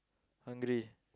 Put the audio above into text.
hungry